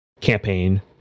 campaign